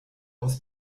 aus